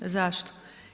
Zašto?